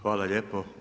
Hvala lijepo.